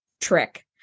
trick